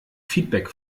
feedback